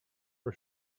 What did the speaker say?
her